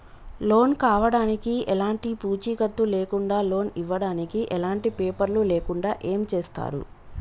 Loan కావడానికి ఎలాంటి పూచీకత్తు లేకుండా లోన్ ఇవ్వడానికి ఎలాంటి పేపర్లు లేకుండా ఏం చేస్తారు?